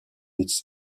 its